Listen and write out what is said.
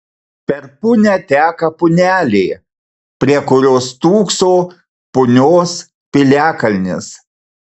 per punią teka punelė prie kurios stūkso punios piliakalnis